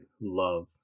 love